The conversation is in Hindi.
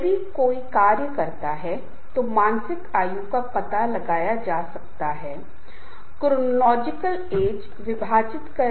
लेकिन यह सलाह दी जाती है कि छोटे समूह बेहतर हैं यह बेहतर प्रदर्शन करेंगे क्योंकि छोटे समूहों में संघर्ष की संभावना कम होगी